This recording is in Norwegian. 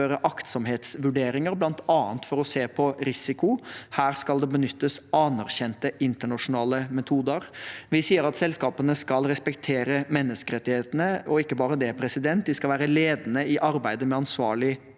aktsomhetsvurderinger, bl.a. for å se på risiko. Her skal det benyttes anerkjente internasjonale metoder. Vi sier at selskapene skal respektere menneskerettighetene, og ikke bare det, de skal være ledende i arbeidet med ansvarlig